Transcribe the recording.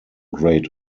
great